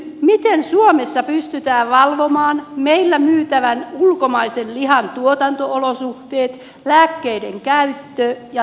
miten suomessa pystytään valvomaan meillä myytävän ulkomaisen lihan tuotanto olosuhteita lääkkeiden käyttöä ja lihan puhtautta